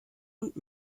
und